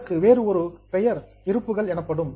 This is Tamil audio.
இதற்கு வேறு ஒரு பெயர் ஸ்டாக்ஸ் இருப்புகள் எனப்படும்